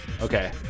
Okay